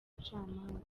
abacamanza